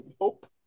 Nope